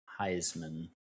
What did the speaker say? Heisman